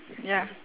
ya